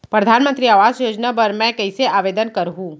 परधानमंतरी आवास योजना बर मैं कइसे आवेदन करहूँ?